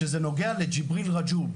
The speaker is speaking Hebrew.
כשזה נוגע לג'יבריל רג'וב,